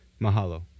Mahalo